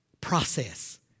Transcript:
Process